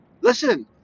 Listen